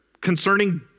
concerning